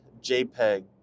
JPEG